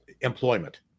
employment